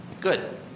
Good